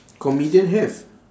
comedian have